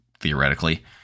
theoretically